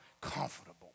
comfortable